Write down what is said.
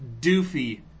doofy